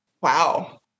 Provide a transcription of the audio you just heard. Wow